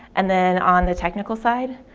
and then on the technical side?